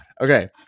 okay